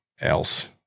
else